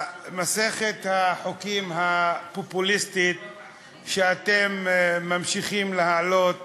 מסכת החוקים הפופוליסטיים שאתם ממשיכים להעלות